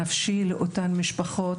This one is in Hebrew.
הנפשי לאותן משפחות,